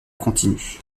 continue